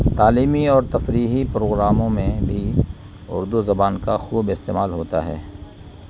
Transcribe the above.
تعلیمی اور تفریحی پروگراموں میں بھی اردو زبان کا خوب استعمال ہوتا ہے